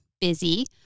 busy